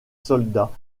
soldats